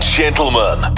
gentlemen